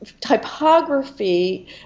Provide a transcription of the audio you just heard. typography